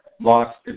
lost